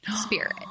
spirit